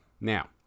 now